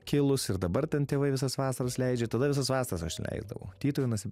kilus ir dabar ten tėvai visas vasaras leidžia ir tada visas vasaras aš leisdavau tytuvėnuose